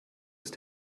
ist